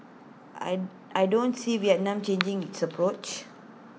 I I don't see Vietnam changing its approach